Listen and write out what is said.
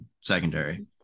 secondary